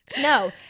No